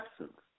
absence